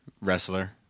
wrestler